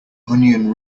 onion